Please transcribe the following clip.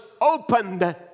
opened